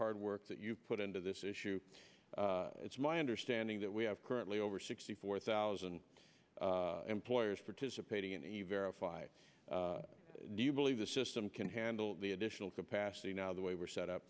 hard work that you put into this issue it's my understanding that we have currently over sixty four thousand employers participating in a verified do you believe the system can handle the additional capacity now the way we're set